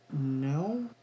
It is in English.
no